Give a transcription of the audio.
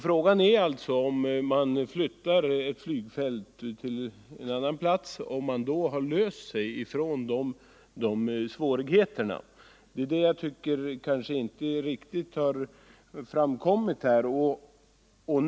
Frågan är alltså om man kommer ifrån svårigheterna genom att flytta flygfältet till någon annan plats. Det är detta som jag tycker inte riktigt har kommit fram här.